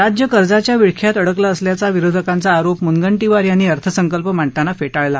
राज्य कर्जाच्या विळख्यात अडकलं असल्याचा विरोधकांचा आरोप मुनगंटीवार यांनी अर्थसंकल्प मांडताना फेटाळला